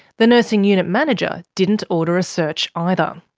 the nursing unit manager didn't order a search either. um